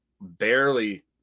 barely